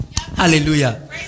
Hallelujah